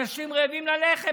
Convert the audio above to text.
אנשים רעבים ללחם.